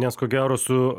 nes ko gero su